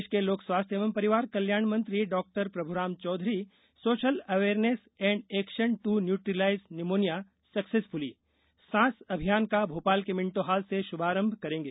प्रदेश के लोक स्वास्थ्य एवं परिवार कल्याण मंत्री डॉ Prabhuram Chaudhary social awareness and action to neutralise pneumonia successfully सांस अभियान का भोपाल के मिंटो हॉल से शुभारंभ करेंगे